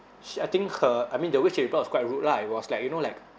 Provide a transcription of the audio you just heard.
she I think her I mean the way she replied was quite rude lah it was like you know like